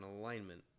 alignment